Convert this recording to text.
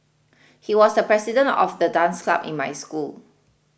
he was the president of the dance club in my school